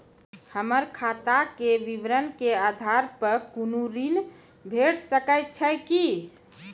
हमर खाता के विवरण के आधार प कुनू ऋण भेट सकै छै की?